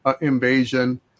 invasion